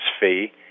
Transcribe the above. fee